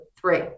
three